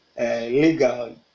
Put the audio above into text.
legal